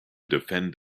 defend